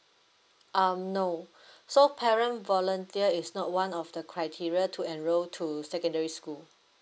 um no so parent volunteer is not one of the criteria to enroll to secondary school